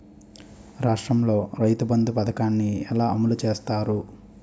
రాష్ట్రంలో రైతుబంధు పథకాన్ని ఎలా అమలు చేస్తారు?